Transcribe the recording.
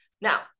Now